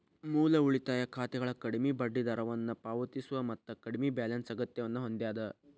ಮೂಲ ಉಳಿತಾಯ ಖಾತೆಗಳ ಕಡ್ಮಿ ಬಡ್ಡಿದರವನ್ನ ಪಾವತಿಸ್ತವ ಮತ್ತ ಕಡ್ಮಿ ಬ್ಯಾಲೆನ್ಸ್ ಅಗತ್ಯವನ್ನ ಹೊಂದ್ಯದ